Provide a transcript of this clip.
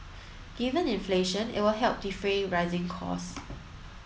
given inflation it will help defray rising costs